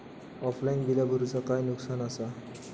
Offline बिला भरूचा काय नुकसान आसा?